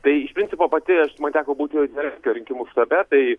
tai iš principo pati aš man teko būti zelenskio rinkimų štabe tai